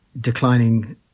declining